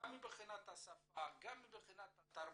וגם מבחינת השפה וגם מבחינת התרבות,